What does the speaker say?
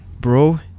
Bro